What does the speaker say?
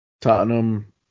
Tottenham